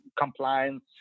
compliance